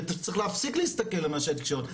וצריך להסתכל על מה שהתקשורת אומרת,